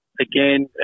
again